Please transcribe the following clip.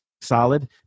solid